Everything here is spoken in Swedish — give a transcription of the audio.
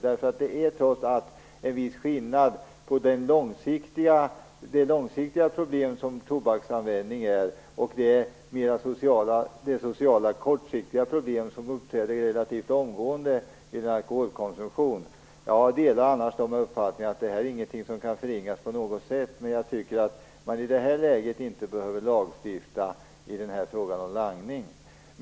Det är trots allt en viss skillnad mellan de långsiktiga problem som tobaksanvändning innebär och de sociala kortsiktiga problem som uppträder relativt omgående vid alkoholkonsumtion. Jag delar annars uppfattningen att det här inte är något som kan förringas på något sätt. Men jag tycker att man i det här läget inte behöver lagstifta om langning.